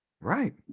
Right